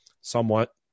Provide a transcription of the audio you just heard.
somewhat